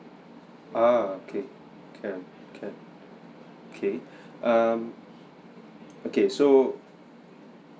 uh okay can can okay um okay so